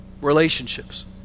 relationships